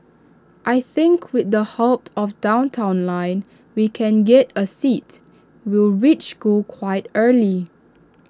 I think with the help of downtown line we can get A seat we'll reach school quite early